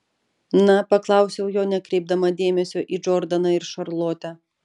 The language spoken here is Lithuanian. na paklausiau jo nekreipdama dėmesio į džordaną ir šarlotę